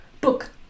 book